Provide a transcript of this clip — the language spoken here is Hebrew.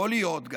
יכול להיות,